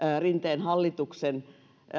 rinteen hallituksen